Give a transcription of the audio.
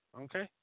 Okay